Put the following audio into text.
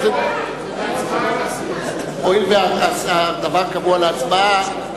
הואיל והדבר קבוע להצבעה,